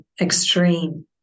extreme